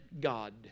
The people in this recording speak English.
God